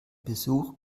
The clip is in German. besuch